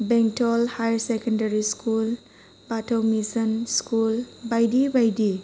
बेंटल higher secondary school बाथौ mission school बायदि बायदि